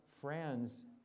friends